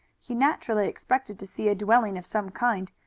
he naturally expected to see a dwelling of some kind,